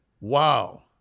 wow